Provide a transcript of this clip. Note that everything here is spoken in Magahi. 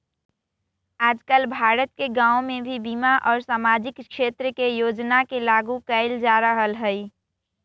आजकल भारत के गांव में भी बीमा और सामाजिक क्षेत्र के योजना के लागू कइल जा रहल हई